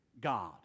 God